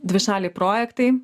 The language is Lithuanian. dvišaliai projektai